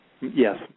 Yes